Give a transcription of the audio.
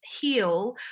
heal